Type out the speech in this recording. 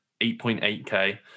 8.8K